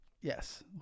Yes